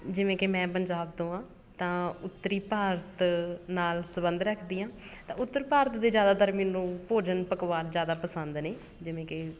ਜਿਵੇਂ ਕਿ ਮੈਂ ਪੰਜਾਬ ਤੋਂ ਹਾਂ ਤਾਂ ਉੱਤਰੀ ਭਾਰਤ ਨਾਲ਼ ਸੰਬੰਧ ਰੱਖਦੀ ਹਾਂ ਤਾਂ ਉੱਤਰ ਭਾਰਤ ਦੇ ਜ਼ਿਆਦਾਤਰ ਮੈਨੂੰ ਭੋਜਨ ਪਕਵਾਨ ਜ਼ਿਆਦਾ ਪਸੰਦ ਨੇ ਜਿਵੇਂ ਕਿ